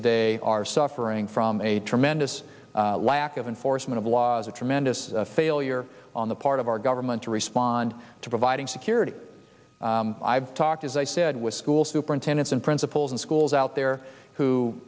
today are suffering from a tremendous lack of enforcement of laws a tremendous failure on the part of our government to respond to providing security i've talked as i said with school superintendents and principals in schools out there who